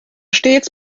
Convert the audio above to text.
stets